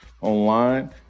online